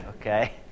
okay